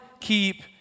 keep